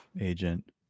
agent